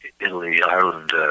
Italy-Ireland